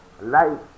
life